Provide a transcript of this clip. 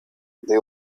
the